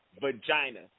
vagina